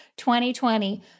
2020